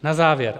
Na závěr.